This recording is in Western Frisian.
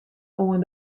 oan